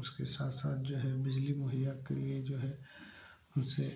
उसके साथ साथ जो है बिजली मुहैया के लिए जो है उनसे